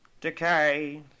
decay